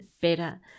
better